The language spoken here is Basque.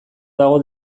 dago